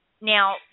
Now